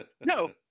no